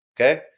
Okay